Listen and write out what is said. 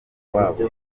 iwabo